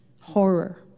horror